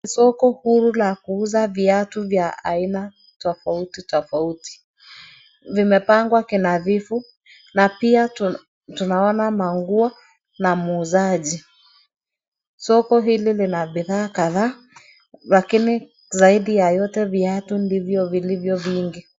Soko huru la kuuza viatu vya aina tofauti tofauti ,vimepangwa vinadhifu na pia tunaona manguo na muuzaji. Soko hili lina bithaa kadhaa lakini zaidi ya yote viatu ndivyo vilivyo vingi.